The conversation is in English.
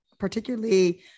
particularly